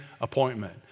appointment